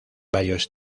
varios